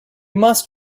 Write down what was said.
must